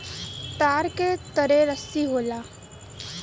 तार के तरे रस्सी होला